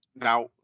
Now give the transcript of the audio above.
Now